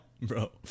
bro